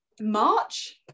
March